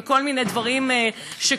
וכל מיני דברים כאלה,